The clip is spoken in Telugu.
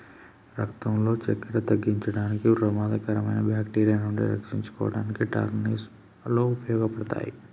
రక్తంలో సక్కెర తగ్గించడానికి, ప్రమాదకరమైన బాక్టీరియా నుండి రక్షించుకోడానికి టర్నిప్ లు ఉపయోగపడతాయి